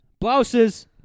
Blouses